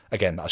Again